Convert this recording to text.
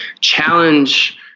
challenge